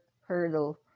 hurdle